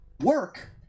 work